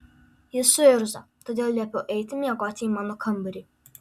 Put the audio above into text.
jis suirzo todėl liepiau eiti miegoti į mano kambarį